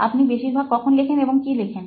আপনি বেশিরভাগ কখন লেখেন এবং কি লেখেন